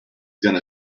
gonna